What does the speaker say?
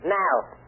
now